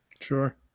Sure